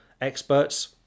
experts